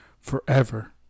forever